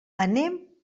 anem